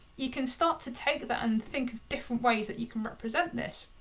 you can start to take that and think of different ways that you can represent this.